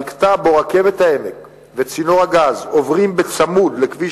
במקטע שבו רכבת העמק וצינור הגז עוברים בצמוד לכביש